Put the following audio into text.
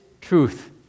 truth